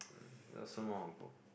that's so long ago